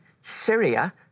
Syria